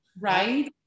Right